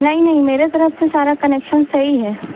نہیں نہیں میرے طرف سے سارا کنیکشن صحیح ہے